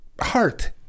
heart